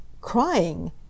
crying